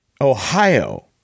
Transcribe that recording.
Ohio